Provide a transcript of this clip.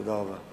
תודה רבה.